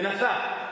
מנסה,